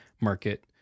market